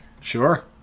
Sure